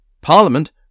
Parliament